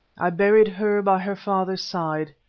i buried her by her father's side,